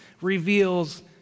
reveals